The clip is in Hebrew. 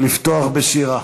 לפתוח בשירה.